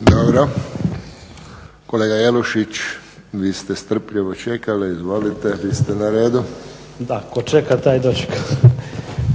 Dobro. Kolega Jelušić vi ste strpljivo čekali. Izvolite. Vi ste na redu. **Jelušić, Ivo (SDP)** Da, tko čeka taj i dočeka.